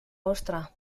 ostra